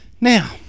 Now